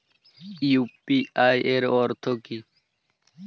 UPI এর অর্থ কি?